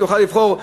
שתוכל לבחור,